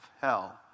hell